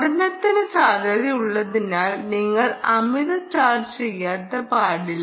സ്ഫോടനത്തിന് സാധ്യതയുള്ളതിനാൽ നിങ്ങൾ അമിത ചാർജ് ചെയ്യാത്ത പാടില്ല